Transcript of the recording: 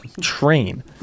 train